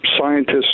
scientists